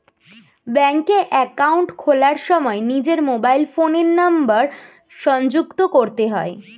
ব্যাঙ্কে অ্যাকাউন্ট খোলার সময় নিজের মোবাইল ফোনের নাম্বার সংযুক্ত করতে হয়